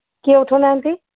କିଏ ଉଠଉନାହାନ୍ତି